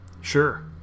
sure